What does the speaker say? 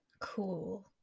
cool